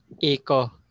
ECO